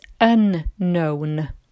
unknown